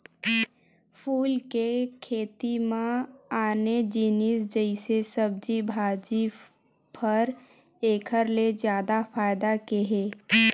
फूल के खेती म आने जिनिस जइसे सब्जी भाजी, फर एखर ले जादा फायदा के हे